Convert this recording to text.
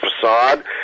facade